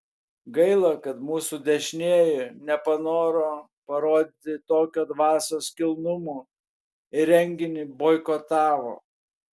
gaila kad mūsų dešinieji nepanoro parodyti tokio dvasios kilnumo ir renginį boikotavo